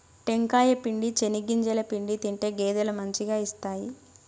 టెంకాయ పిండి, చెనిగింజల పిండి తింటే గేదెలు మంచిగా ఇస్తాయి